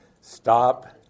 Stop